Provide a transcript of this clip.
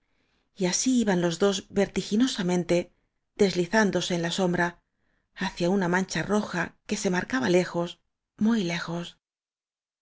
y así iban los dos vertiginosamente deslizándo se en la sombra hacia una mancha roja que se marcaba lejos muy lejos